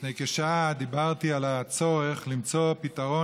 לפני כשעה דיברתי על הצורך למצוא פתרון